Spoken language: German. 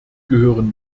gehören